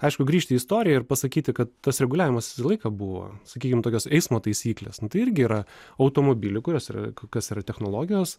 aišku grįžti į istoriją ir pasakyti kad tas reguliavimas visą laiką buvo sakykim tokios eismo taisyklės nu tai irgi yra automobilių kurios yra kas yra technologijos